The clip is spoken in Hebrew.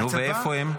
נו, ואיפה הם?